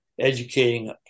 educating